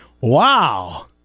wow